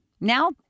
Now